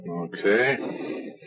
Okay